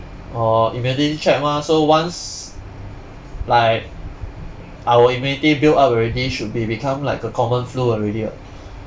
orh immunity check mah so once like our immunity build up already should be become like a common flu already [what]